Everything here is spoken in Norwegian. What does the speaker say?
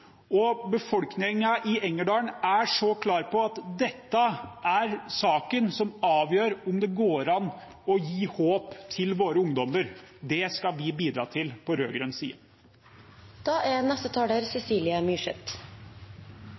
og befolkningen i Engerdal er klare på at dette er saken som avgjør om det går an å gi håp til våre ungdommer. Det skal vi bidra til på